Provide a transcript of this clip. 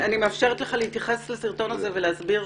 אני מאפשרת לך להתייחס לסרטון הזה ולהסביר.